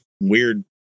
weird